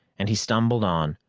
and he stumbled on,